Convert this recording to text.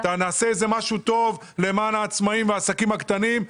נעשה משהו טוב למען העצמאים והעסקים הקטנים".